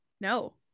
no